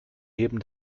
heben